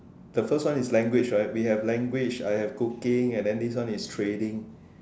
the first one is language right we have language I have cooking and then this one is trading